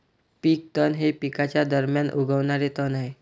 पीक तण हे पिकांच्या दरम्यान उगवणारे तण आहे